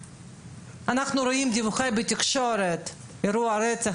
אנחנו רואים דיווחים בתקשורת על אירוע רצח,